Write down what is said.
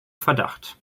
verdacht